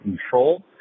control